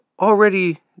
already